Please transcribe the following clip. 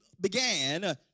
began